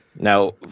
Now